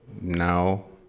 No